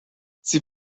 sie